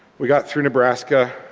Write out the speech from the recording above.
we got through nebraska.